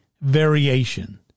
variation